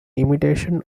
imitation